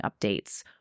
updates